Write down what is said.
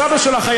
הסבא שלך.